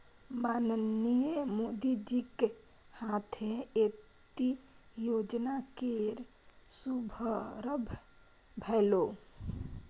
माननीय मोदीजीक हाथे एहि योजना केर शुभारंभ भेलै